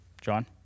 John